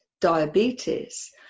diabetes